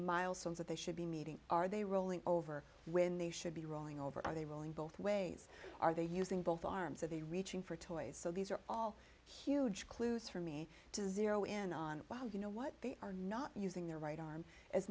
milestones that they should be meeting are they rolling over when they should be rolling over are they rolling both ways are they using both arms of the reaching for toys so these are all huge clues for me to zero in on wow you know what they are not using their right arm as